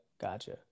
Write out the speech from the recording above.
gotcha